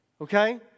okay